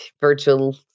Virtual